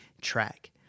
track